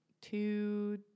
two